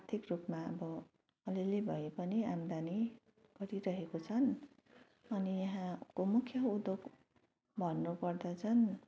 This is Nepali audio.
आर्थिक रूपमा अब अलि अलि भए पनि आमदानी गरिरहेका छन् अनि यहाँको मुख्य उद्योग भन्नु पर्दा चाहिँ